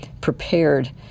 prepared